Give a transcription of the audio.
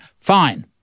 fine